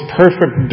perfect